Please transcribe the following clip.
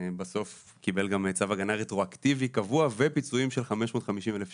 בסוף קיבל גם צו הגנה רטרואקטיבי קבוע ופיצויים של 550,000 שקל,